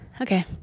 okay